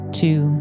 two